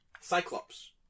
Cyclops